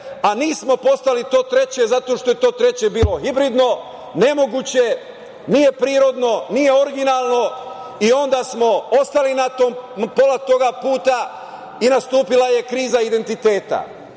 a nismo postali to treće zato što je to treće bilo hibridno, nemoguće, nije prirodno, nije originalno i onda smo ostali na pola tog puta i nastupila je kriza identiteta,